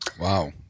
Wow